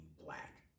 black